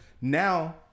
now